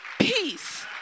peace